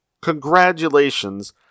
congratulations